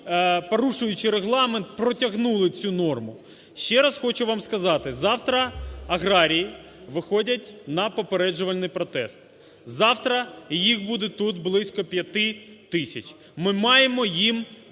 порушуючи Регламент, протягнули цю норму. Ще раз хочу вам сказати, завтра аграрії виходять на попереджувальний протест. Завтра їх буде тут близько 5 тисяч. Ми маємо їм